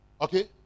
okay